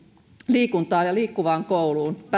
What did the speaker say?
liikuntaan ja liikkuvaan kouluun pääsin